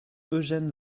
eugène